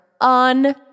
On